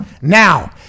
Now